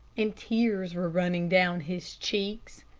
and tears were running down his cheeks.